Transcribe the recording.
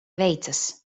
veicas